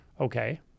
Okay